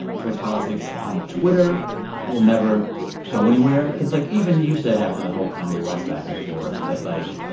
towards politics on twitter will never go anywhere? because, like, even you said after the whole kanye west back-and-forth, that, like,